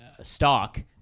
stock